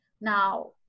now